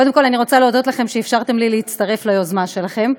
קודם כול אני רוצה להודות לכם שאפשרתם לי להצטרף ליוזמה שלכם,